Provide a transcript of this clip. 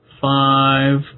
five